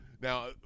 Now